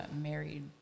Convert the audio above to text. married